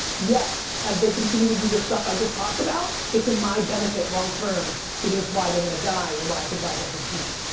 yet as they continue to do the stuff i just talked about, it's in my benefit long term because it's why they're gonna die and why i can buy them for cheap.